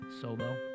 solo